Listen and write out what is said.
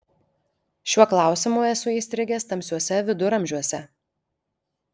šiuo klausimu esu įstrigęs tamsiuose viduramžiuose